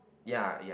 ya ya